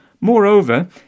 Moreover